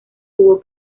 hubo